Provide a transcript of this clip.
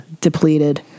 depleted